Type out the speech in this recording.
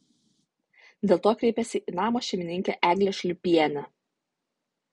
dėl to kreipėsi į namo šeimininkę eglę šliūpienę